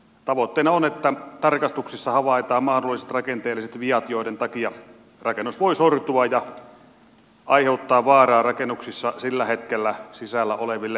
tavoitteena on että tarkastuksissa havaitaan mahdolliset rakenteelliset viat joiden takia rakennus voi sortua ja aiheuttaa vaaraa rakennuksessa sillä hetkellä sisällä oleville henkilöille